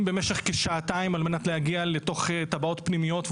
במשך כשעתיים על מנת להגיע לתוך טבעות פנימיות,